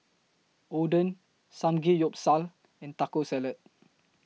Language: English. Oden Samgeyopsal and Taco Salad